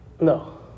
No